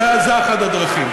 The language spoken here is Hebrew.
זו אחת הדרכים.